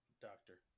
Doctor